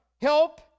help